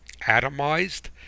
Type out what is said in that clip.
atomized